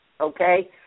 okay